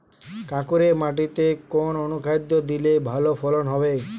কাঁকুরে মাটিতে কোন অনুখাদ্য দিলে ভালো ফলন হবে?